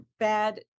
bad